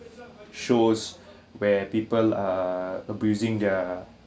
shows where people err abusing their